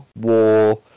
war